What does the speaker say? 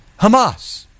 Hamas